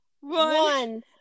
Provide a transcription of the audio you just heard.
One